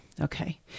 okay